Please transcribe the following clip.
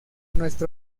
nuestro